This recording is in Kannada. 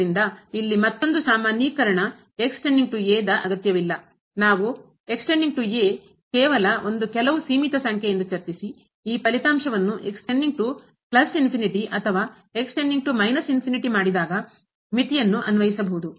ಆದ್ದರಿಂದ ಇಲ್ಲಿ ಮತ್ತೊಂದು ಸಾಮಾನ್ಯೀಕರಣ ನಾವು ಕೆಲವು ಸೀಮಿತ ಸಂಖ್ಯೆ ಈ ಫಲಿತಾಂಶವನ್ನು ಅಥವಾ ಮಾಡಿದಾಗ ಮಿತಿಯನ್ನು ಅನ್ವಯಿಸಬಹುದು